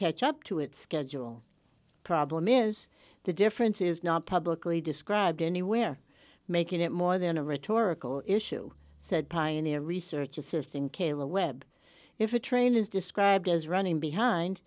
catch up to its schedule problem is the difference is not publicly described anywhere making it more than a rhetorical issue said pioneer research assistant kayla webb if a train is described as running behind